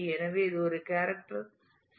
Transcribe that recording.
எனவே இது ஒரு கேரக்டர் ஸ்ட்ரிங் ஆகும்